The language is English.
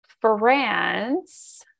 France